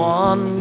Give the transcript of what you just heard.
one